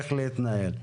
איך להתנהל.